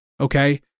okay